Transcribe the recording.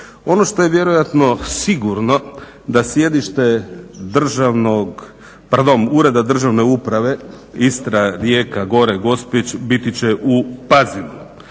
Ono što je vjerojatno sigurno da sjedište Ureda državne uprave Istra, Rijeka gore Gospić biti će u Pazinu.